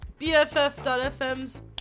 BFF.FM's